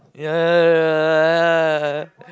yeah yeah yeah yeah yeah